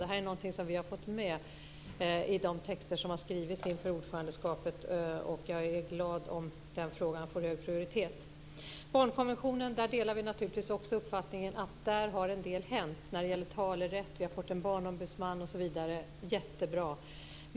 Det här är något vi har fått med i de texter som har skrivits inför ordförandeskapet och jag är glad om den frågan får hög prioritet. I fråga om barnkonventionen delar vi naturligtvis uppfattningen att en del har hänt när det gäller talerätt. Vi har också fått en barnombudsman, osv. Jättebra!